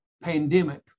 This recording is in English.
pandemic